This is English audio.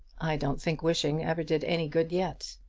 i don't think wishing ever did any good yet.